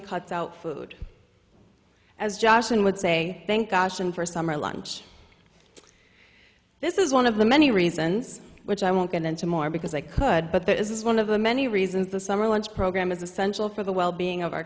cuts out food as joshing would say thank god for summer lunch this is one of the many reasons which i won't get into more because i could but that is one of the many reasons the summer lunch program is essential for the well being of our